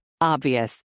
Obvious